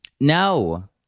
No